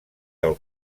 del